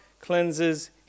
cleanses